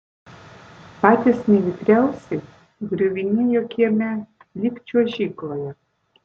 patys nevikriausi griuvinėjo kieme lyg čiuožykloje